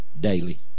daily